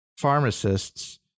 pharmacists